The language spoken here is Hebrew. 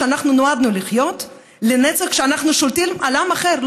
שאנחנו נועדנו לחיות לנצח כשאנחנו שולטים על עם אחר.